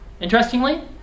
Interestingly